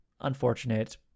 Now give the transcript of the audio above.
unfortunate